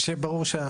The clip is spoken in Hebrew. שיהיה ברור,